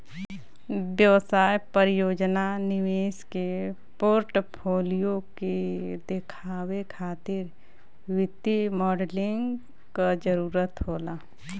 व्यवसाय परियोजना निवेश के पोर्टफोलियो के देखावे खातिर वित्तीय मॉडलिंग क जरुरत होला